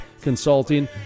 consulting